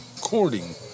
courting